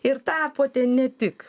ir tapote ne tik